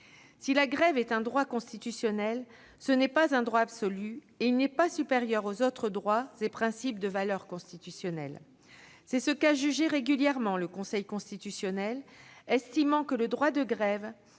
de grève est un droit constitutionnel, il n'est pas un droit absolu, et il n'est pas supérieur aux autres droits et principes de valeur constitutionnelle. C'est ce qu'a jugé avec constance le Conseil constitutionnel, estimant que le droit de grève